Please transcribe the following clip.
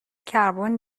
کربن